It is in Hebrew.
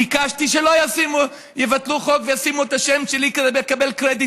ביקשתי שלא יבטלו חוק וישימו את השם שלי כדי לקבל קרדיט,